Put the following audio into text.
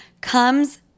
comes